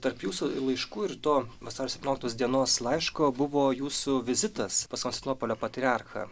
tarp jūsų laiškų ir to vasario septynioliktos dienos laiško buvo jūsų vizitas pas konstantinopolio patriarchą